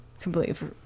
completely